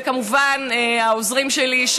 וכמובן העוזרים שלי,